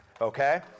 okay